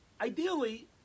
ideally